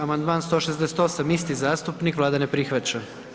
Amandman 168., isti zastupnik Vlada ne prihvaća.